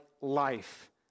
life